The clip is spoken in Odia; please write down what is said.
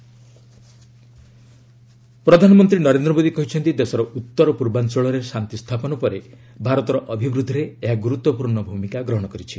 ଆର୍ଏସ୍ ମୋସନ ଅଫ୍ ଥ୍ୟାଙ୍କ୍ସ ପ୍ରଧାନମନ୍ତ୍ରୀ ନରେନ୍ଦ୍ର ମୋଦୀ କହିଛନ୍ତି ଦେଶର ଉତ୍ତର ପର୍ବାଞ୍ଚଳରେ ଶାନ୍ତି ସ୍ଥାପନ ପରେ ଭାରତର ଅଭିବୃଦ୍ଧିରେ ଏହା ଗୁରୁତ୍ୱପୂର୍ଣ୍ଣ ଭୂମିକା ଗ୍ରହଣ କରିଛି